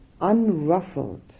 unruffled